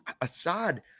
Assad